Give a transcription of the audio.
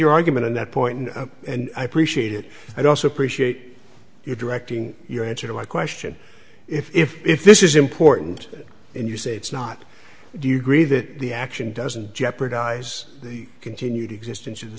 your argument on that point and i appreciate it i'd also appreciate you directing your answer to my question if this is important and you say it's not do you agree that the action doesn't jeopardize the continued existence